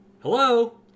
Hello